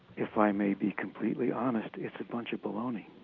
if i may be completely honest it's a bunch of baloney